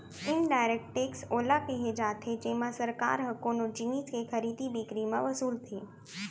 indirect tax ओला केहे जाथे जेमा सरकार ह कोनो जिनिस के खरीदी बिकरी म वसूलथे